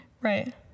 right